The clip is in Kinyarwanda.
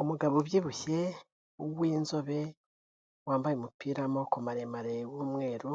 Umugabo ubyibushye w'inzobe wambaye umupira w'amaboko maremare w'umweru,